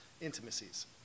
intimacies